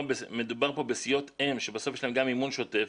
מדובר פה בסיעות אם שבסוף יש להן גם מימון שוטף,